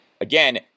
again